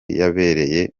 yabereye